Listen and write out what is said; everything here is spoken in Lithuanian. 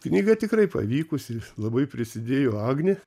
knyga tikrai pavykusi labai prisidėjo agnė